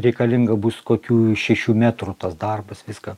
reikalinga bus kokių šešių metrų tas darbas viską